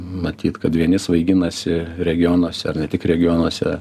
matyt kad vieni svaiginasi regionuose ar ne tik regionuose